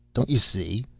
don't you see?